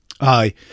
Aye